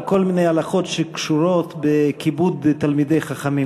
על כל מיני הלכות שקשורות בכיבוד תלמידי חכמים,